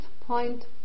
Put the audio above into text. point